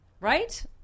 Right